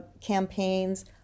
campaigns